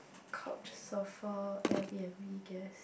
coach surfer air-b_n_b guest